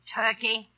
turkey